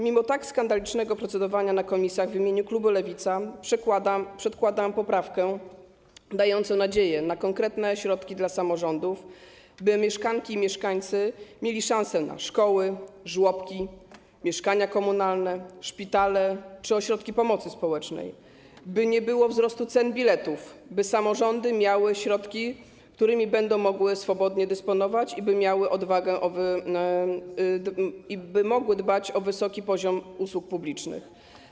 Mimo tak skandalicznego procedowania w komisjach w imieniu klubu Lewica przedkładam poprawkę dającą nadzieję na konkretne środki dla samorządów, by mieszkanki i mieszkańcy mieli szansę na szkoły, żłobki, mieszkania komunalne, szpitale czy ośrodki pomocy społecznej, by nie było wzrostu cen biletów, by samorządy miały środki, którymi będą mogły swobodnie dysponować, by miały odwagę, by mogły dbać o wysoki poziom usług publicznych.